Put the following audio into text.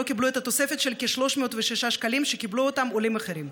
לא קיבלו את התוספת של כ-306 שקלים שקיבלו אותם עולים אחרים.